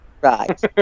Right